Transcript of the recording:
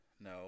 no